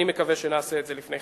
אני מקווה שזה ייעשה עוד לפני.